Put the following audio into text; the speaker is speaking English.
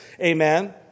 Amen